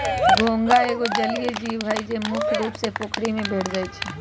घोंघा एगो जलिये जीव हइ, जे मुख्य रुप से पोखरि में भेंट जाइ छै